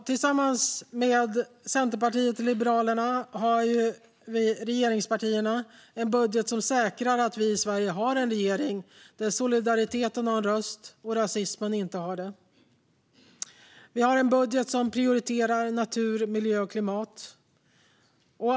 Tillsammans med Centerpartiet och Liberalerna har regeringspartierna en budget som säkrar att vi i Sverige har en regering där solidariteten har en röst och rasismen inte har det. Vi har en budget som prioriterar natur, miljö och klimat.